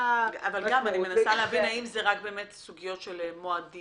אבל אני מנסה להבין האם זה רק סוגיות של מועדים?